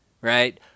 right